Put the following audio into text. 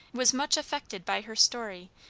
was much affected by her story,